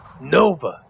Nova